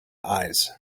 eyes